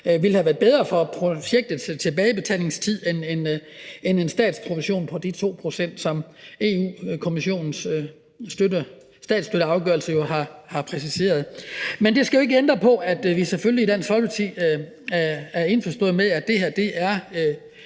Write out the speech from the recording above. ville have været bedre for projektets tilbagebetalingstid end en statsprovision på de 2 pct., som Europa-Kommissionens statsstøtteafgørelse jo har præciseret. Men det ændrer ikke på, at vi selvfølgelig i Dansk Folkeparti er indforstået med, at det her er